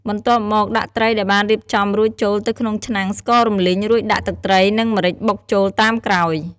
បន្ទាប់មក ដាក់ត្រីដែលបានរៀបចំរួចចូលទៅក្នុងឆ្នាំងស្កររំលីង រួចដាក់ទឹកត្រីនិង ម្រេចបុកចូលតាមក្រោយ។